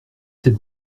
cette